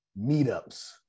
meetups